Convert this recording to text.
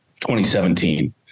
2017